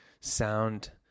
sound